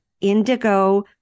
Indigo